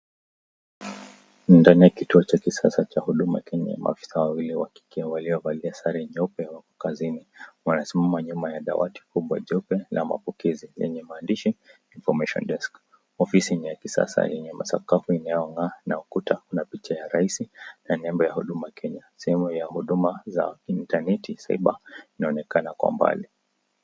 Ndani ya kituo cha kisasa cha Huduma Kenya maafisa wawili wa kike waliovalia sare nyeupe wapo kazini . Wanasimama nyuma ya dawati kubwa jeupe la mapokezi lenye maandishi information desk . Ofisi ni ya kisasa yenye masakafu inayong'aa na ukuta kuna picha ya raisi na nembo ya Huduma Kenya . Sehemu ya huduma za intaneti cyber inaonekana kwa mbali.